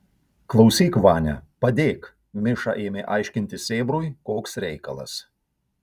klausyk vania padėk miša ėmė aiškinti sėbrui koks reikalas